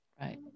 Right